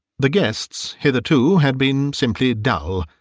the guests hitherto had been simply dull,